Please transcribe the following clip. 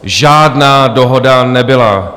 Žádná dohoda nebyla.